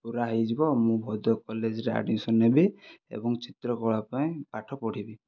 ପୁରା ହୋଇଯିବ ମୁଁ ମଧ୍ୟ କଲେଜରେ ଆଡ଼ମିଶନ ନେବି ଏବଂ ଚିତ୍ର କଳା ପାଇଁ ପାଠ ପଢ଼ିବି